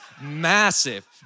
massive